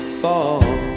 fall